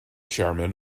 chairman